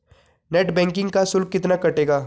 Net banking का शुल्क कितना कटेगा?